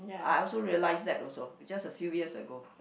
I also realize that also it's just a few years ago